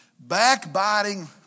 backbiting